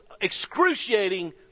excruciating